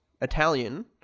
Italian